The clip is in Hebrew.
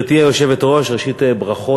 גברתי היושבת-ראש, ראשית, ברכות.